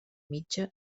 mitja